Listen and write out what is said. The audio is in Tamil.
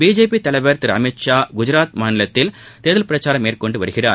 பி ஜே பி தலைவா் திரு அமித்ஷா குஜராத் மாநிலத்தில் தேர்தல் பிரச்சாரம் மேற்கொண்டு வருகிறார்